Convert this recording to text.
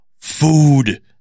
food